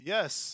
Yes